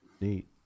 Neat